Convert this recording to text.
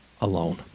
alone